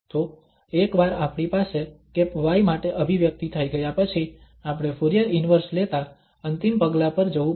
તો એકવાર આપણી પાસે y માટે અભિવ્યક્તિ થઈ ગયા પછી આપણે ફુરીયર ઇન્વર્સ લેતા અંતિમ પગલા પર જવું પડશે